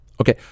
Okay